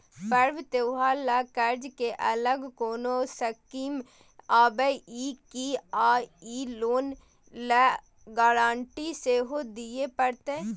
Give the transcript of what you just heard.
पर्व त्योहार ल कर्ज के अलग कोनो स्कीम आबै इ की आ इ लोन ल गारंटी सेहो दिए परतै?